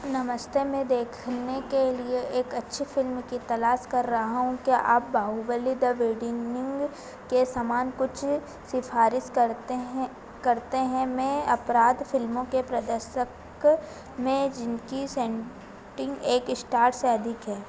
नमस्ते मैं देखने के लिए एक अच्छी फिल्म की तलाश कर रहा हूँ क्या आप बाहुबली द बिडिनिंग के समान कुछ सिफारिश करते हैं करते हैं मैं अपराध फ़िल्मों के प्रदर्शक में जिनकी सेन्टिंग एक इस्टार से अधिक है